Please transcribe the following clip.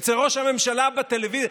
אצל ראש הממשלה בטלוויזיה,